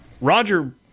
Roger